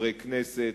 חברי כנסת,